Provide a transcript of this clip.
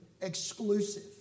exclusive